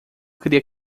queria